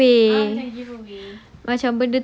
oh give away